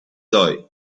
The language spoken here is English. die